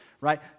right